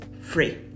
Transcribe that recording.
free